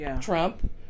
Trump